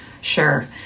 Sure